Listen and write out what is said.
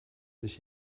sich